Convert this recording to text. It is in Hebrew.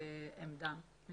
כי